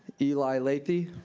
eli liechty.